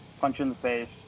punch-in-the-face